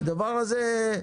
הדבר הזה לא.